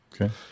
Okay